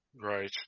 right